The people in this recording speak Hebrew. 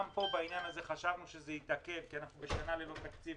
גם בעניין הזה חששנו שזה יתעכב כי אנחנו בשנה ללא תקציב,